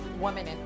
woman